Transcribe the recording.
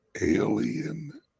alien